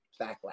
backlash